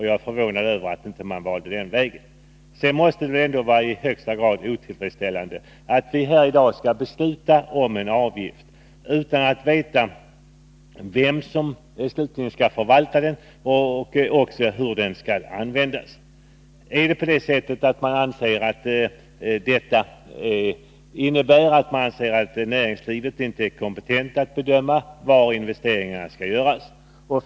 Jag är förvånad över att ni inte valde den vägen. Det måste vara i högsta grad otillfredsställande att vi i dag skall besluta om en avgift utan att veta vem som slutligen skall förvalta medlen eller hur de skall användas. Innebär förslaget att socialdemokraterna anser att näringslivet inte är kompetent att bedöma var investeringarna skall göras?